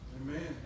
Amen